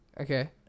Okay